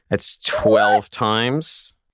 that's twelve times.